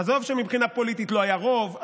עזוב שמבחינה פוליטית לא היה רוב,